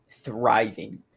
thriving